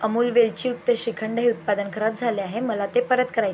अमूल वेलचीयुक्त श्रीखंड हे उत्पादन खराब झाले आहे मला ते परत कराय